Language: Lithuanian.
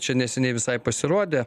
čia neseniai visai pasirodė